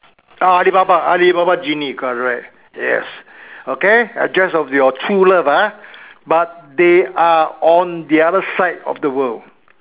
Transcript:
Alibaba Alibaba genie correct yes okay address of your true love ah but they are on the other side of the world